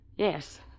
Yes